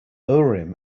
urim